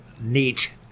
neat